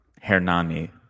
Hernani